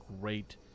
great